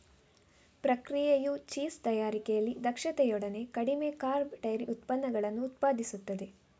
ಪ್ರಕ್ರಿಯೆಯು ಚೀಸ್ ತಯಾರಿಕೆಯಲ್ಲಿ ದಕ್ಷತೆಯೊಡನೆ ಕಡಿಮೆ ಕಾರ್ಬ್ ಡೈರಿ ಉತ್ಪನ್ನಗಳನ್ನು ಉತ್ಪಾದಿಸುತ್ತದೆ